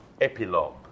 epilogue